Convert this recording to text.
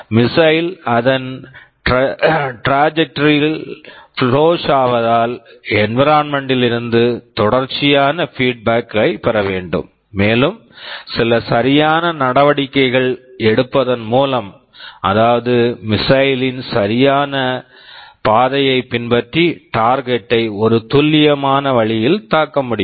missile missile அதன் trajectory trajectory ல் flows flows ஆவதால் என்விரான்மெண்ட் environment ல் இருந்து தொடர்ச்சியான பீட்பேக் feedback கள் பெறவேண்டும் மேலும் சில சரியான நடவடிக்கைகள் எடுப்பதன் மூலம் அதாவது மிசையில் missile ன் சரியான பாத் path ஐ பின்பற்றி டார்கெட் target ஐ ஒரு துல்லியமான வழியில் தாக்க முடியும்